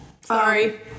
sorry